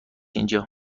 اینجا